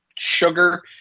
sugar